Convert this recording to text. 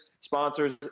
sponsors